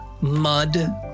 mud